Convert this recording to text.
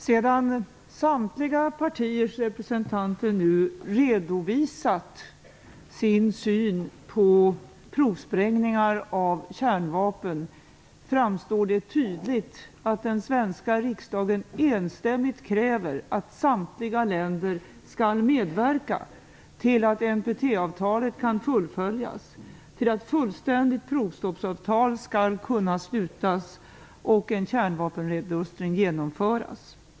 Sedan samtliga partiers representanter nu redovisat sin syn på provsprängningar av kärnvapen framstår det tydligt att den svenska riksdagen enstämmigt kräver att samtliga länder skall medverka till att NPT avtalet kan fullföljas, till att fullständigt provstoppsavtal skall kunna slutas och en kärnvapennedrustning genomföras.